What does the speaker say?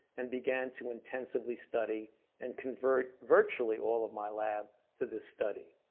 and began to intensively study and convert virtually all of my lab to this study.